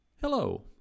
Hello